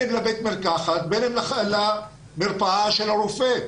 אם לבית המרקחת ובין אם למרפאה של הרופא.